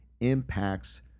impacts